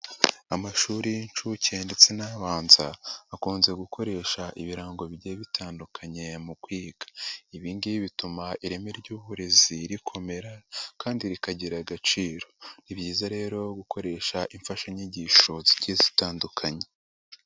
Amashuri y'incuke ndetse n' abanza akunze gukoresha ibirango bigiye bitandukanye mu kwiga, ibi ngibi bituma ireme ry'uburezi rikomera kandi rikagira agaciro, ni byiza rero gukoresha imfashanyigisho zigiye zitandukanye.